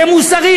זה מוסרי,